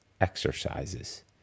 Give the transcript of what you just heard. exercises